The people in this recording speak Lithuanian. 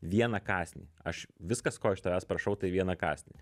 vieną kąsnį aš viskas ko iš tavęs prašau tai vieną kąsnį